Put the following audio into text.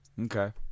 Okay